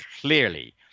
clearly